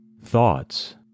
Thoughts